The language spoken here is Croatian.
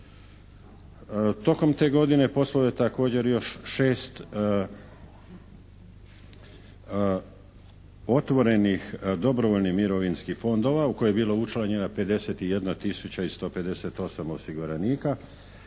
Tokom te godine poslovalo je također još šest otvorenih dobrovoljnih mirovinskih fondova u koje je bila učlanjena 51 tisuća i 158 osiguranika